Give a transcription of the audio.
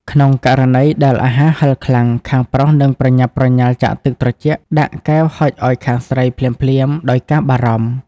ក្នុងករណីដែលអាហារហឹរខ្លាំង ខាងប្រុសនឹងប្រញាប់ប្រញាល់ចាក់ទឹកត្រជាក់ដាក់កែវហុចឱ្យខាងស្រីភ្លាមៗដោយការបារម្ភ។